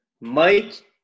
Mike